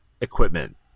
equipment